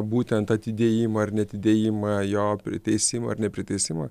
būtent atidėjimą ar neatidėjimą jo priteisimą ar nepriteisiamą